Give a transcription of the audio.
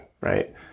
right